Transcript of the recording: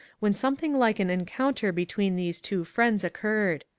when something like an encoun ter between these two friends occurred.